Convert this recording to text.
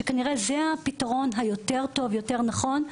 כנראה שזה הפתרון היותר טוב ויותר נכון.